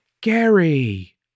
Gary